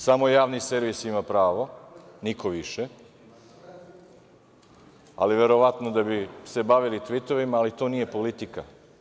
Samo javni servis ima pravo, niko više, ali verovatno da bi se bavili tvitovima, ali to nije politika.